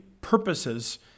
purposes